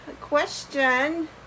question